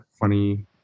Funny